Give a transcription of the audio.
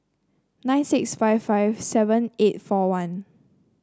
nine six five five seven eight four one